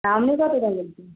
আপনি কত দাম বলছেন